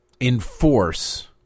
enforce